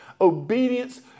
Obedience